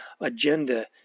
agenda